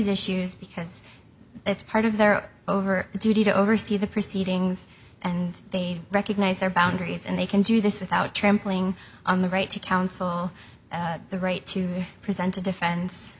issues because it's part of their over duty to oversee the proceedings and they recognize their boundaries and they can do this without trampling on the right to counsel the right to present a defense